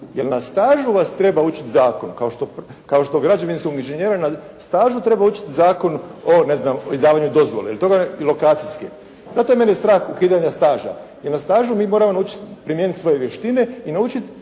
Jer na stažu vas treba učiti zakon kao što građevinskog inženjera na stažu treba učiti Zakon o ne znam izdavanju dozvole i lokacijske. Zato je mene strah ukidanja staža, jer na stažu mi moramo naučiti primijeniti svoje vještine i naučiti